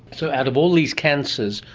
so out of all these cancers,